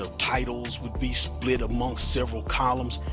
ah titles would be split amongst several columns.